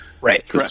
Right